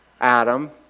Adam